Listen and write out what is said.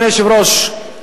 אדוני היושב-ראש,